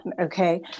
Okay